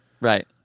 Right